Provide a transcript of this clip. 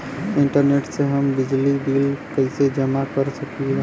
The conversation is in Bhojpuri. इंटरनेट से हम बिजली बिल कइसे जमा कर सकी ला?